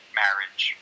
marriage